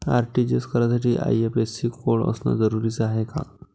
RTGS करासाठी IFSC code असनं जरुरीच हाय का?